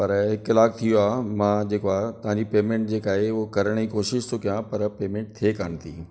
पर हिकु कलाकु थी वियो आहे मां जेको आहे तव्हांजी पेमैंट जेका आहे उहा करण जी कोशिश थो कयां पर पेमैंट थिए कोन थी